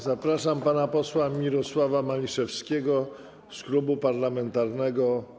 Zapraszam pana posła Mirosława Maliszewskiego z Klubu Parlamentarnego.